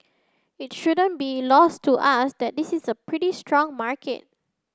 it shouldn't be lost to us that this is a pretty strong market